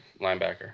linebacker